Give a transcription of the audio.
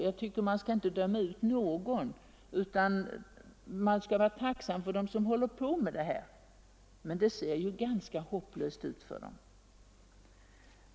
Jag tycker inte att man skall döma ut någon metod utan vara tacksam för att läkarna vill hålla på med narkomanvården. Men det ser onekligen ganska hopplöst ut för dem!